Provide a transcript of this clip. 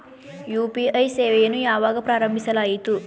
UPI ಸೇವೆಯನ್ನು ಯಾವಾಗ ಪ್ರಾರಂಭಿಸಲಾಯಿತು?